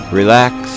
relax